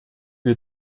wir